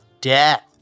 death